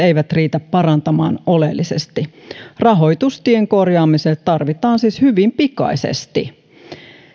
eivät riitä parantamaan oleellisesti rahoitus tien korjaamiseen tarvitaan siis hyvin pikaisesti